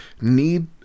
need